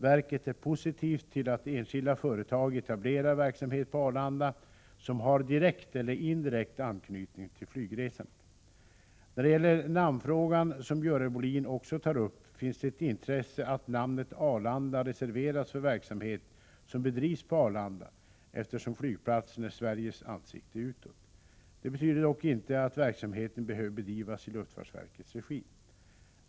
Verket är positivt till att enskilda företag etablerar verksamhet på Arlanda som har direkt eller indirekt anknytning till flygresandet. När det gäller namnfrågan, som Görel Bohlin också tar upp, finns det ett intresse att namnet Arlanda reserveras för verksamhet som bedrivs på Arlanda, eftersom flygplatsen är Sveriges ansikte utåt. Det betyder dock inte att verksamheten behöver bedrivas i luftfartsverkets regi.